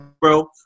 bro